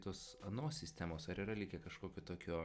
tos anos sistemos ar yra likę kažkokio tokio